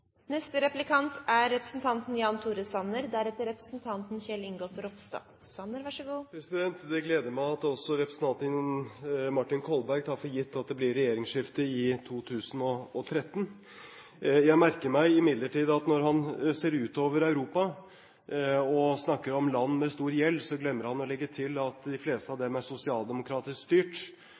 Det gleder meg at også representanten Martin Kolberg tar for gitt at det blir regjeringsskifte i 2013. Jeg merker meg imidlertid at når han ser utover Europa og snakker om land med stor gjeld, glemmer han å legge til at de fleste av dem er sosialdemokratisk styrt.